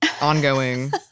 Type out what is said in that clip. ongoing